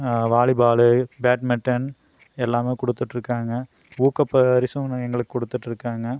volleyball badminton எல்லாமே கொடுத்துட்டு இருக்காங்க ஊக்கப் பரிசும் எங்களுக்கு கொடுத்துட்டு இருக்காங்க